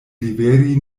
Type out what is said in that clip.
liveri